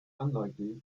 unlikely